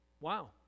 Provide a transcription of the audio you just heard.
Wow